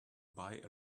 buy